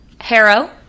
Harrow